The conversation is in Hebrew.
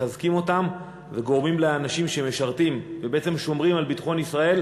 מחזקים אותם וגורמים לאנשים שמשרתים ושומרים על ביטחון ישראל